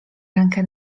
rękę